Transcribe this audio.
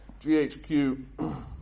GHQ